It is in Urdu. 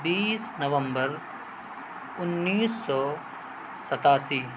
بیس نومبر اُنیس سو ستاسی